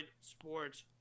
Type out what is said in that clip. Sports